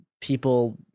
people